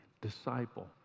disciple